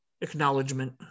acknowledgement